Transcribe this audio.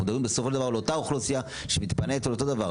אנחנו מדברים בסופו של דבר על אותה אוכלוסייה שמתפנית על אותו דבר.